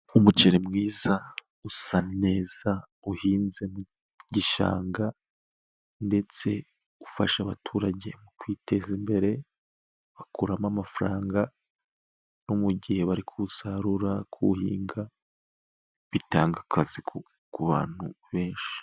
Umuceri mwiza usa neza uhinze mu gishanga ndetse ufasha abaturage mu kwiteza imbere, bakuramo amafaranga no mu gihe bari kuwusarura, kuwuhinga, bitanga akazi ku bantu benshi.